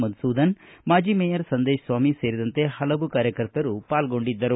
ಮಧುಸೂದನ್ ಮಾಜಿ ಮೇಯರ್ ಸಂದೇಶ್ ಸ್ವಾಮಿ ಸೇರಿದಂತೆ ಹಲವು ಕಾರ್ಯಕರ್ತರು ಪಾಲ್ಗೊಂಡಿದ್ದರು